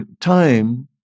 time